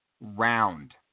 round